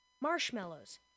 Marshmallows